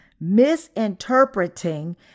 Misinterpreting